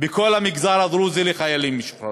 בכל המגזר הדרוזי לחיילים משוחררים.